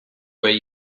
way